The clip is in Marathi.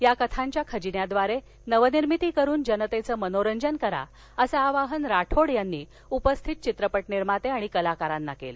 या कथांच्या खजिन्याह्वारे नवनिर्मिती करून जनतेचं मनोरंजन करा असं आवाहन राठोड यांनी उपस्थित चित्रपट निर्माते आणि कलाकारांना केलं